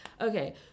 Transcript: okay